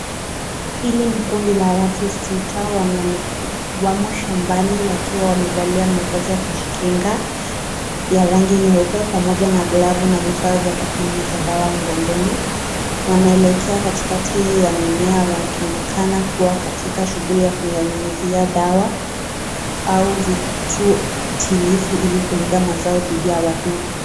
Hili ni kundi la watu sita, wamo shambani wakiwa wamevalia mavazi ya kujikinga ya rangi nyeupe pamoja na glavu na vifaa vya kupuliza dawa mgongoni, waanaelekea katikati ya mimea wakionekana kuwa katika shughuli yakuyanyunyizia dawa au vituo tilifu ili kulinda mazao didhi ya wadudu.